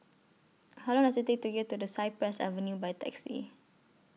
How Long Does IT Take to get to Cypress Avenue By Taxi